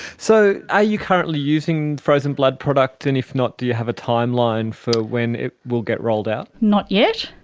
so are you currently using frozen blood products? and if not, do you have a timeline for when it will get rolled out? not yet.